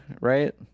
right